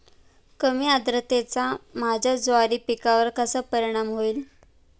कमी आर्द्रतेचा माझ्या ज्वारी पिकावर कसा परिणाम होईल?